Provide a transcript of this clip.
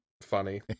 funny